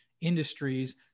industries